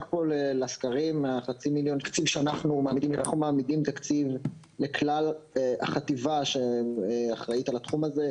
אנחנו מעמידים תקציב לכלל החטיבה שאחראית על התחום הזה,